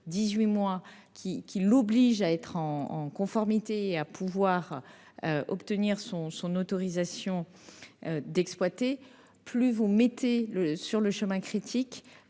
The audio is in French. délai qui l'oblige à être en conformité et à pouvoir obtenir son autorisation d'exploiter, plus vous engagez le projet sur un chemin critique.